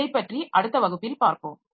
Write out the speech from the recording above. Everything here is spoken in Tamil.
இதைப் பற்றி அடுத்த வகுப்பில் பார்ப்போம்